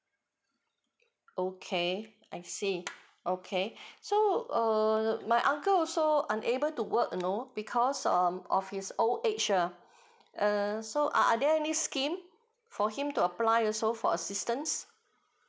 okay I see okay so uh my uncle also unable to work you know because um of his old age lah err so are there any scheme for him to apply also for assistance